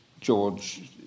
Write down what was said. George